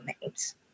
names